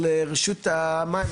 לרשות המים,